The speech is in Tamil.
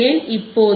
ஏன் இப்போது